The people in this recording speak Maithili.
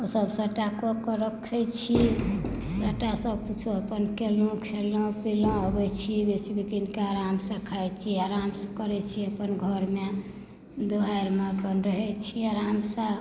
ओसब सबटा कऽ कऽ रखय छी सबटा सब कुछो अपन कयलहुँ खेलहुँ पीलहुँ अबय छी बेच बिकनिके आरामसँ खाइ छी आरामसँ करय छी अपन घरमे दुआरिमे अपन रहय छी आरामसँ